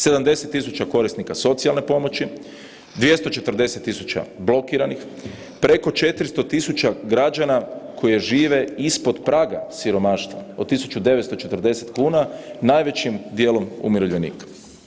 70.000 korisnika socijalne pomoći, 240.000 blokiranih, preko 400.000 građana koji žive ispod praga siromaštva od 1.940 kuna, najvećim dijelom umirovljenika.